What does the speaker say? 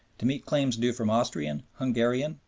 to meet claims due from austrian, hungarian,